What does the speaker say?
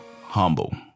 humble